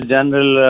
General